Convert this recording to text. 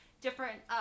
different